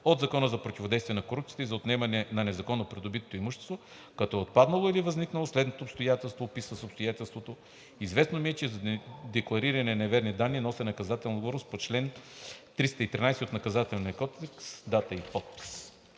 от Закона за противодействие на корупцията и за отнемане на незаконно придобитото имущество, като е отпаднало/възникнало следното обстоятелство: ……………………………………………………………………. Известно ми е, че за декларирани неверни данни нося наказателна отговорност по чл. 313 от Наказателния кодекс. Декларатор: